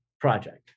project